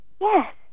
Yes